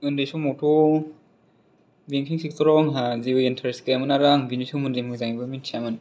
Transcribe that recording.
उन्दै समावथ' बेंकिं सेक्ट'राव आंहा जेबो इनटारेस्ट गैयामोन आरो आं बिनि सोमोन्दै मोजांबो मिथियामोन